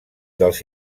dels